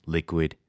Liquid